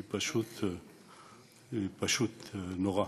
זה פשוט נורא.